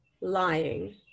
lying